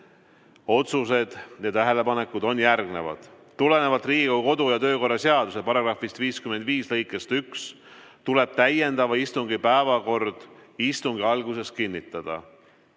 otsused ja tähelepanekud on järgnevad. Tulenevalt Riigikogu kodu- ja töökorra seaduse § 55 lõikest 1 tuleb täiendava istungi päevakord istungi alguses kinnitada. Aga